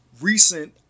recent